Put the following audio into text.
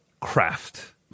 craft